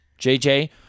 JJ